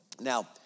Now